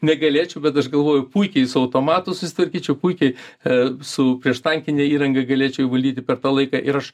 negalėčiau bet aš galvoju puikiai su automatu susitvarkyčiau puikiai a su prieštankine įranga galėčiau įvaldyti per tą laiką ir aš